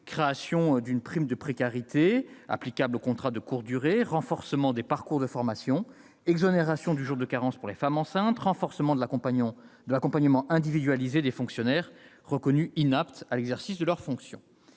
création d'une prime de précarité applicable aux contrats de courte durée, renforcement des parcours de formation, exonération du jour de carence pour les femmes enceintes, renforcement de l'accompagnement individualisé des fonctionnaires reconnus inaptes à l'exercice de leurs fonctions.